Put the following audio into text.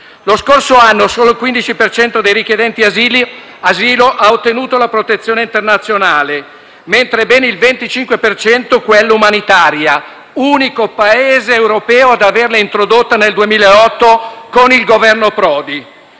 Lo scorso anno solo il 15 per cento dei richiedenti asilo ha ottenuto la protezione internazionale, mentre ben il 25 per cento quella umanitaria, essendo noi l'unico Paese europeo ad averla introdotta nel 2008 con il governo Prodi.